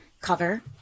cover